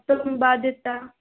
మొత్తం బాధ్యత